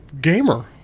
gamer